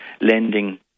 lending